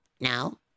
No